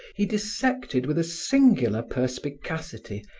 he dissected with a singular perspicacity,